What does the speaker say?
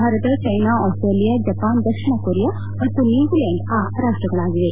Bharat China Australia Japan ದಕ್ಷಿಣ Korea ಮತ್ತು New Zealand ಆ ರಾಷ್ಸಗಳಾಗಿವೆ